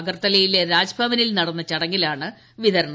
അഗർത്തലയിലെ രാജ്ഭവനിൽ നടന്ന ചടങ്ങിലാണ് വിതരണം